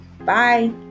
Bye